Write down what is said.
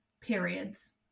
periods